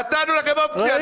נתנו לכם אופציה.